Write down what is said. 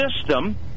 system